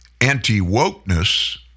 Anti-wokeness